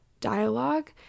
dialogue